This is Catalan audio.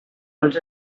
molts